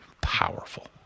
powerful